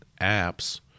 apps